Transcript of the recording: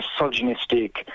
misogynistic